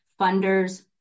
funders